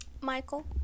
Michael